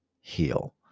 heal